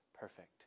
perfect